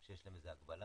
או שיש שם איזו הגבלה?